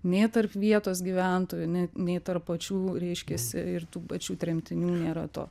nei tarp vietos gyventojų nei tarp pačių reiškiasi ir tų pačių tremtinių nėra to